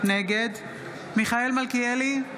נגד מיכאל מלכיאלי,